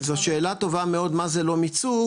זו שאלה טובה מאוד מה זה לא מיצו,